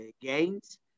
gains